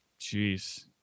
Jeez